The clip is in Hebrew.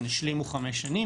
הן השלימו 5 שנים,